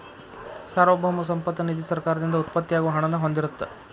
ಸಾರ್ವಭೌಮ ಸಂಪತ್ತ ನಿಧಿ ಸರ್ಕಾರದಿಂದ ಉತ್ಪತ್ತಿ ಆಗೋ ಹಣನ ಹೊಂದಿರತ್ತ